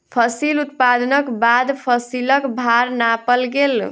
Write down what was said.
फसिल उत्पादनक बाद फसिलक भार नापल गेल